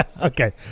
Okay